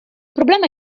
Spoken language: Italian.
problema